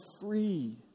free